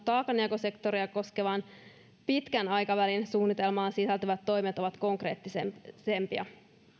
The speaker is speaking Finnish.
taakanjakosektoria koskevaan pitkän aikavälin suunnitelmaan sisältyvät toimet ovat konkreettisempia